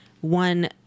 one